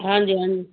ਹਾਂਜੀ ਹਾਂਜੀ